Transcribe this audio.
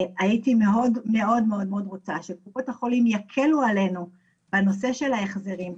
אני הייתי מאוד מאוד רוצה שקופות החולים יקלו עלינו בנושא של ההחזרים.